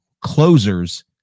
closers